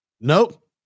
Nope